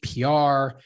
PR